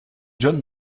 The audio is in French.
john